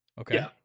Okay